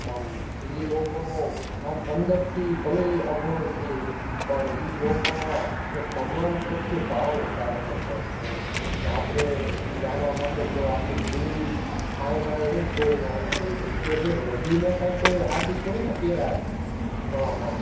આમ એ લોકોનો આમ અંદરથી ભલે એ અભણ છે પણ એ લોકોમાં ભગવાન પ્રત્યે ભાવ વધારે પડતો છે એમ ને આપણે એ જાણવા માટે તો આખી જિંદગી અહીંને અહીં રહીએ ને તોય ન સમજી શકીએ કે નદીને કંઈ કોઈ સાડી થોડી ના પહેરાવે હં હં